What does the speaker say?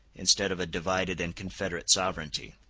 instead of a divided and confederate sovereignty.